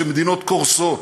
שמדינות קורסות,